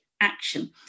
action